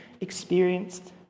experienced